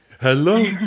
Hello